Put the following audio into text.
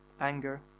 anger